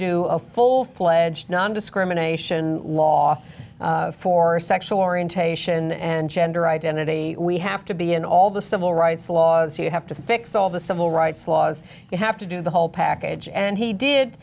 do a full fledged nondiscrimination law for a sexual orientation and gender identity we have to be in all the civil rights laws you have to fix all the civil rights laws you have to do the whole package and he did